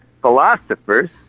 philosophers